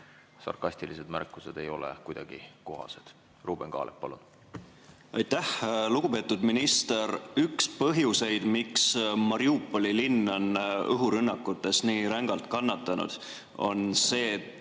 sarkastilised märkused ei ole kuidagi kohased. Ruuben Kaalep, palun! Aitäh! Lugupeetud minister! Üks põhjuseid, miks Mariupoli linn on õhurünnakutes nii rängalt kannatanud, on see,